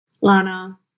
lana